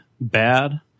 bad